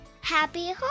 happy